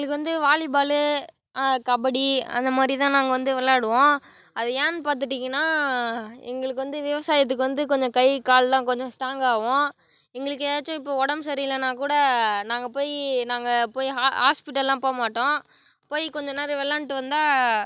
இதுக்கு வந்து வாலிபாலு கபடி அந்த மாதிரி தான் நாங்கள் வந்து விளையாடுவோம் அது ஏன்னு பார்த்துட்டீங்கனா எங்களுக்கு வந்து விவசாயத்துக்கு வந்து கொஞ்சம் கை கால்லா கொஞ்சம் ஸ்டாங்காவும் எங்களுக்கு ஏதாச்சும் இப்போ உடம்பு சரியில்லைனா கூட நாங்கள் போய் நாங்கள் போய் ஹா ஹாஸ்ப்பிட்டல்லாம் போக மாட்டோம் போய் கொஞ்சம் நேரம் விளையாண்ட்டு வந்தால்